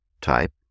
type